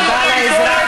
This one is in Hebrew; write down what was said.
תודה על העזרה,